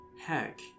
Heck